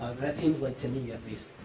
that seems like, to me at least,